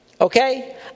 Okay